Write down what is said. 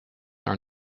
are